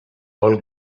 all